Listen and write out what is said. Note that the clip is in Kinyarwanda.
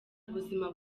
ubuzima